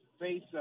face